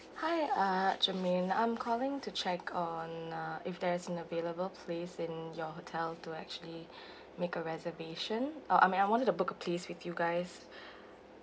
hi uh germaine I'm calling to check on uh if there's a available place in your hotel to actually make a reservation oh I mean I wanted to book a place with you guys